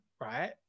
right